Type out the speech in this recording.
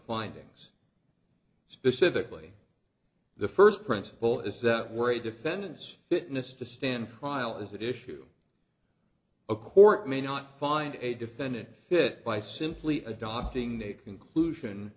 findings specifically the first principle is that we're a defendant's fitness to stand trial is that issue a court may not find a defendant fit by simply adopting the conclusion